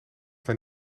daar